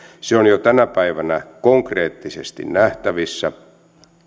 se on jo tänä päivänä konkreettisesti nähtävissä